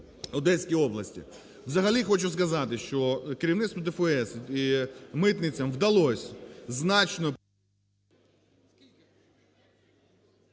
Одеській області. Взагалі хочу сказати, що керівництву ДФС і митницям вдалось значно…